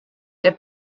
der